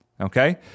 Okay